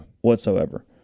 Whatsoever